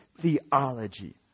theology